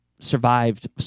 survived